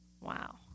Wow